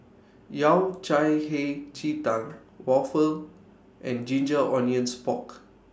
Yao Cai Hei Ji Tang Waffle and Ginger Onions Pork